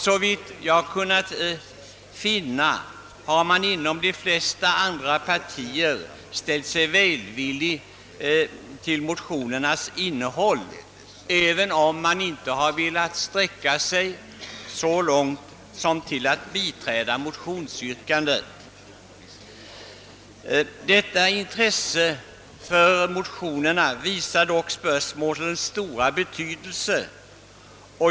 Såvitt jag kunnat finna har man inom de flesta andra partier ställt sig välvillig till motionernas innehåll, trots att man inte velat sträcka sig så långt som till att biträda motionsyrkandena. Detta intresse för motionerna bekräftar spörsmålens stora betydelse.